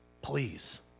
Please